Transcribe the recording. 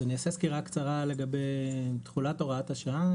אז אני אעשה סקירה קצרה לגבי תחולת הוראת השעה,